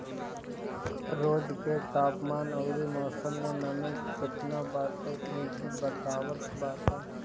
रोज के तापमान अउरी मौसम में नमी केतना बाटे इ भी बतावत बाटे